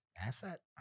asset